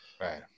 right